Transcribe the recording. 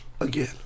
again